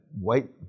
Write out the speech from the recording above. white